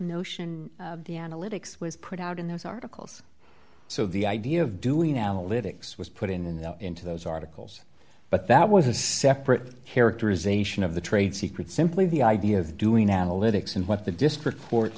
notion of the analytics was put out in those articles so the idea of doing now a little was put in the into those articles but that was a separate characterization of the trade secret simply the idea of doing analytics and what the district court